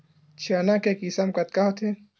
चना के किसम कतका होथे?